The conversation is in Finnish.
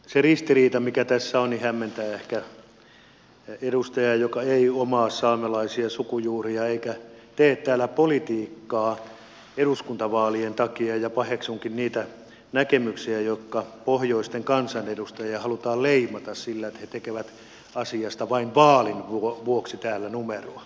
se ristiriita mikä tässä on hämmentää ja ehkä edustajana joka ei omaa saamelaisia sukujuuria eikä tee täällä politiikkaa eduskuntavaalien takia paheksunkin niitä näkemyksiä joissa pohjoisen kansanedustajia halutaan leimata sillä että he tekevät asiasta vain vaalien vuoksi täällä numeroa